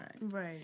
Right